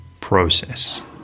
process